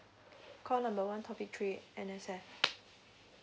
call number one topic three N_S_F